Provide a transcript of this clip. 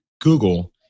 Google